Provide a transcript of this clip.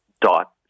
dot